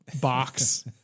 box